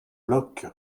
loch